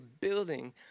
building